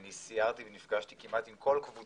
אני סיירתי ונפגשתי כמעט עם כול קבוצה,